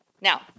Now